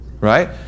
Right